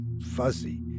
fuzzy